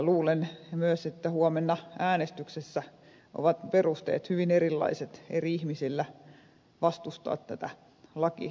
luulen myös että huomenna äänestyksessä ovat perusteet hyvin erilaiset eri ihmisillä vastustaa tätä lakiesitystä